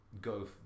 go